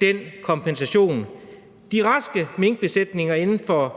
den kompensation. De raske minkbesætninger inden for